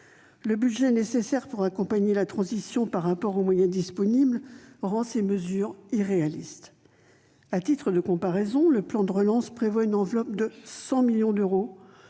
Le budget nécessaire pour accompagner la transition par rapport aux moyens disponibles rend ces mesures irréalistes. À titre de comparaison, le plan de relance prévoit une enveloppe de 100 millions d'euros